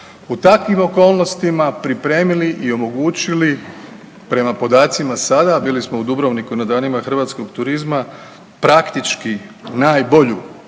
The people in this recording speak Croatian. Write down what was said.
U takvim okolnostima pripremili i omogućili prema podacima sada bili smo u Dubrovniku na Danima hrvatskog turizma praktički najbolju